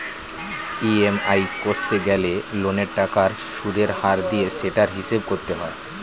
EMI কষতে গেলে লোনের টাকার সুদের হার দিয়ে সেটার হিসাব করতে হয়